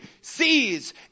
sees